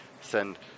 send